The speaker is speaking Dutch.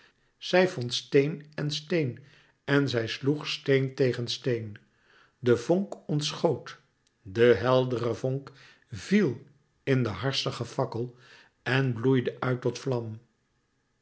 en steen en zij sloeg steen tegen steen de vonk ontschoot de heldere vonk viel in den harstigen fakkel en bloeide uit tot vlam